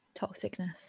toxicness